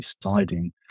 deciding